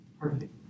Perfect